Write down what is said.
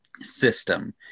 system